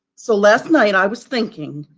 so last night i was thinking,